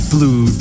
Blue